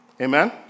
Amen